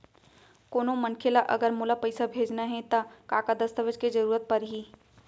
कोनो मनखे ला अगर मोला पइसा भेजना हे ता का का दस्तावेज के जरूरत परही??